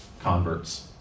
converts